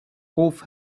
off